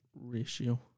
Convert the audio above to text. Ratio